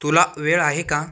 तुला वेळ आहे का